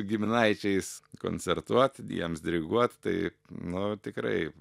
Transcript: giminaičiais koncertuot jiems diriguot taip nu tikrai